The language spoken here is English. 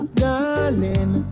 darling